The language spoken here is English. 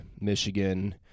Michigan